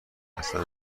اصلن